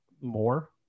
more